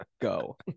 Go